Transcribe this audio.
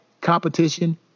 competition